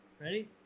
Ready